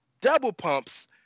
double-pumps